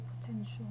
potential